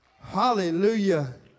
Hallelujah